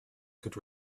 could